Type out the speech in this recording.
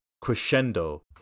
crescendo